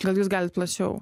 gal jūs galit plačiau